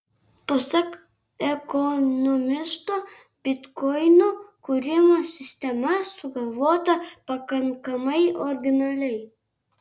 pasak ekonomisto bitkoinų kūrimo sistema sugalvota pakankamai originaliai